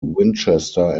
winchester